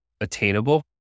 attainable